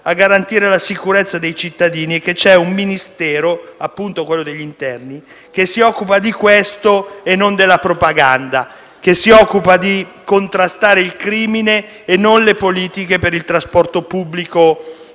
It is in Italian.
a garantire la sicurezza dei cittadini e che c'è un Ministero, appunto quello dell'Interno, che si occupa di questo e non della propaganda, si occupa di contrastare il crimine e non le politiche per il trasporto pubblico